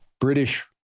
British